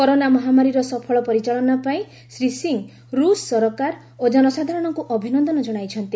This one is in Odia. କରୋନା ମହାମାରୀର ସଫଳ ପରିଚାଳନା ପାଇଁ ଶ୍ରୀ ସିଂ ରୁଷ୍ ସରକାର ଓ ଜନସାଧାରଣଙ୍କୁ ଅଭିନନ୍ଦନ ଜଣାଇଛନ୍ତି